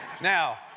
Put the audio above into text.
Now